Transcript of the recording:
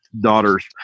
daughter's